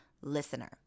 listener